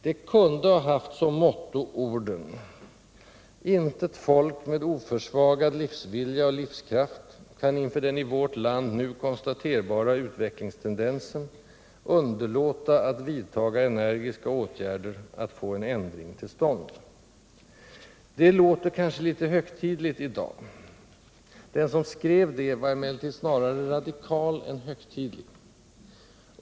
Det kunde ha haft som motto orden: ”Intet folk med oförsvagad livsvilja och livskraft kan inför den i vårt land nu konstaterbara utvecklingtendensen underlåta att vidtaga energiska åtgärder för att få en ändring till stånd.” Det låter kanske litet högtidligt i dag. Den som skrev det var emellertid snarare radikal än högtidlig.